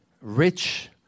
rich